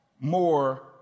more